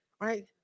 right